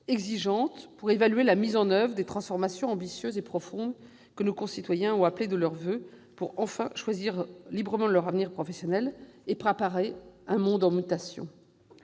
exigeante pour évaluer la mise en oeuvre des transformations ambitieuses et profondes que nos concitoyens ont appelées de leurs voeux, pour enfin choisir librement leur avenir professionnel et préparer un monde en mutation.